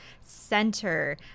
Center